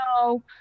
no